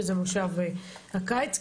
שזה מושב הקיץ,